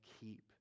keep